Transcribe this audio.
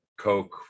Coke